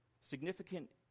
significant